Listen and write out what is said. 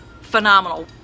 phenomenal